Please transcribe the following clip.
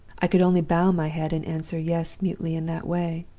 i could only bow my head, and answer yes mutely in that way.